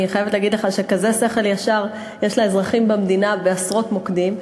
אני חייבת להגיד לך שכזה שכל ישר יש לאזרחי המדינה בעשרות מוקדים,